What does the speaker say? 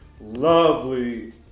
lovely